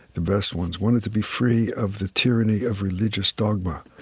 the best ones wanted to be free of the tyranny of religious dogma,